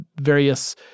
various